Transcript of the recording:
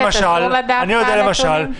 למשל,